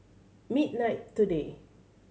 midnight today